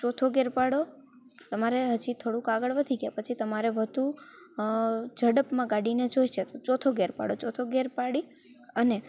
ચોથો ગેર પાડો તમારે હજી થોડુક આગળ વધી ગયા પછી તમારે વધુ ઝડપમાં ગાડીને જોઈએ છીએ તો ચોથો ગેર પાડો ચોથો ગેર પાડી અને